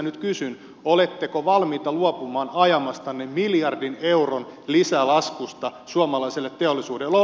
nyt kysyn oletteko valmiita luopumaan ajamastanne miljardin euron lisälaskusta suomalaiselle teollisuudelle